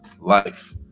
life